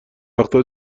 وقتها